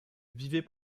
vivez